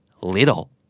Little